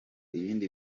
ibindi